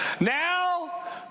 Now